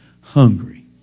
hungry